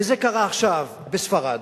וזה קרה עכשיו בספרד,